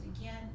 again